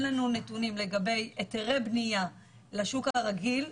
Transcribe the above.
לנו נתונים לגבי היתרי בנייה לשוק הרגיל,